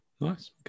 nice